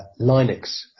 Linux